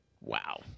Wow